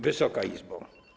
Wysoka Izbo!